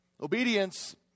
Obedience